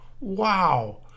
Wow